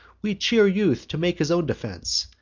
we cheer youth to make his own defense,